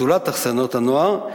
זולת אכסניות הנוער,